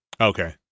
Okay